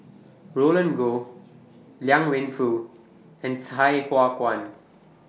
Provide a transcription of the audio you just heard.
Roland Goh Liang Wenfu and Sai Hua Kuan